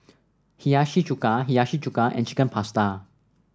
Hiyashi Chuka Hiyashi Chuka and Chicken Pasta